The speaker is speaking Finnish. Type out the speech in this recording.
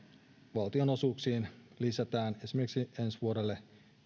valtionosuuksiin lisätään esimerkiksi ensi vuodelle